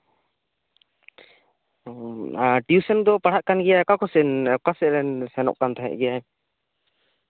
ᱚ ᱴᱤᱭᱩᱥᱚᱱ ᱫᱚᱭ ᱯᱟᱲᱦᱟᱜ ᱠᱟᱱ ᱜᱮᱭᱟᱭ ᱚᱠᱟ ᱠᱚᱥᱮᱱ ᱚᱠᱟ ᱠᱚᱥᱮᱱ ᱥᱮᱱᱚᱜ ᱠᱟᱱ ᱛᱟᱦᱮᱸᱜ ᱜᱮᱭᱟ